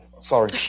Sorry